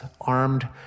armed